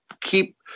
keep